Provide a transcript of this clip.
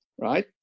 right